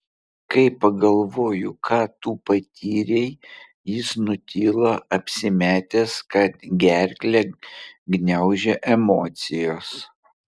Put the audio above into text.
kai pagalvoju ką tu patyrei jis nutilo apsimetęs kad gerklę gniaužia emocijos